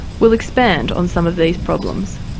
will expand on some of these problems.